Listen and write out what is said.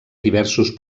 diversos